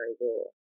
rule